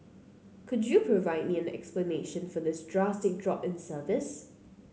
could you provide me an explanation for this drastic drop in service